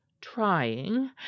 trying